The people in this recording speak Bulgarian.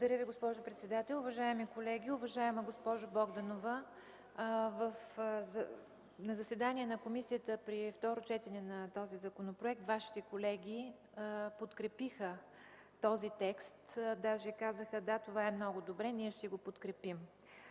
Благодаря Ви, госпожо председател. Уважаеми колеги, уважаема госпожо Богданова, на заседание на комисията при второто четене на законопроекта Вашите колеги подкрепиха текста, дори казаха: „Да, това е много добре и ние ще го подкрепим”.